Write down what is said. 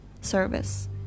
service